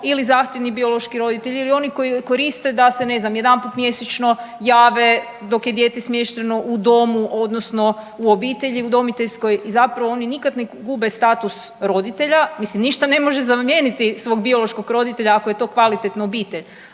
ili zahtjevni biološki roditelji ili oni koji koriste da se ne znam, jedanput mjesečno jave dok je dijete smješteno u domu odnosno u obitelji udomiteljskoj i zapravo oni nikada ne gube status roditelja. Mislim ništa ne može zamijeniti svog biološkog roditelja ako je to kvalitetna obitelj,